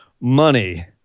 money